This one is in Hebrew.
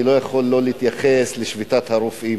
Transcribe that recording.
אני לא יכול שלא להתייחס לשביתת הרופאים.